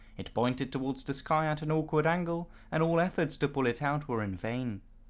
it pointed towards the sky at an awkward angle and all efforts to pull it out were in vain.